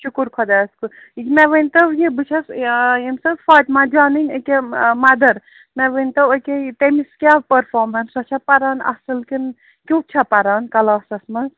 شُکُر خۄدایَس کُن مےٚ ؤنۍتو یہِ بہٕ چھَس ییٚمِس حظ فاتِمہ جانٕنۍ أکیٛاہ مَدَر مےٚ ؤنۍتو أکیٛاہ یہِ تٔمِس کیٛاہ پٔرفامَنٕس سۄ چھےٚ پران اَصٕل کِنہٕ کیُتھ چھےٚ پران کلاسَس منٛز